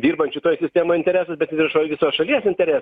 dirbančių toj sistemoj interesus bet visos visos šalies interesus